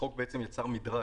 החוק יצר מדרג